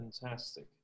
Fantastic